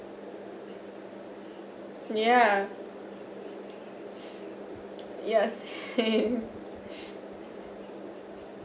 yeah yes him